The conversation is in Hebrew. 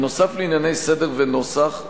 בנוסף לענייני סדר ונוסח,